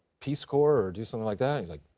peace corps or do something like that, and he's like,